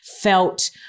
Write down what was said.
felt